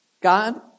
God